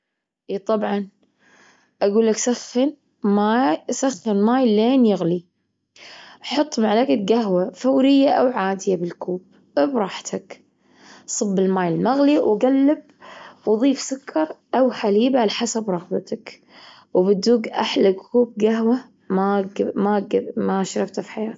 إي طبعًا، أجول لك سخن ما- سخن ماي لين يغلي. حط معلجة جهوة فورية أو عادية بالكوب إي براحتك. صب الماي المغلي وجلب وضيف سكر أو حليب على حسب رغبتك. وبتدوج أحلى كوب جهوة ما ج- ما ج- ما شربته في حياتك.